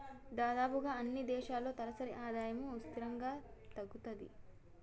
దాదాపుగా అన్నీ దేశాల్లో తలసరి ఆదాయము స్థిరంగా పెరుగుతది